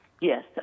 Yes